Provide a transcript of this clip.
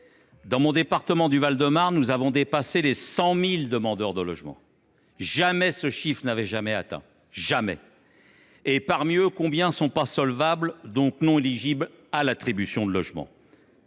Dans mon département du Val de Marne, nous avons dépassé les 100 000 demandeurs de logement ! Jamais ce chiffre n’avait été atteint ! Parmi eux, combien sont insolvables, donc inéligibles à l’attribution d’un logement ?